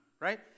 right